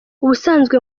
ubusanzwe